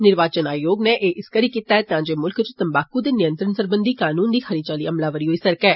निर्वाचन आयोग नै एह इस करी कीता ऐ तां जे मुल्ख इच तम्बाकू दे नियंत्रण सरबंधी कनून दी खरी चाल्ली अमलावरी होई सकै